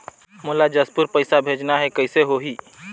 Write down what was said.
मोला जशपुर पइसा भेजना हैं, कइसे होही?